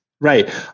Right